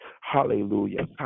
Hallelujah